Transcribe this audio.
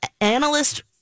analyst